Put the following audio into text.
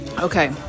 Okay